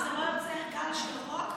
זה לא יוצר גל של רוק כזה?